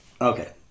Okay